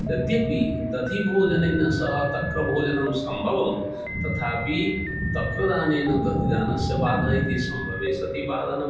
यद्यपि दधिभोजनेन सह तक्रभोजनं सम्भवं तथापि तक्रदानेन दधिदानस्य बाधा इति सम्भवे सति बाधनं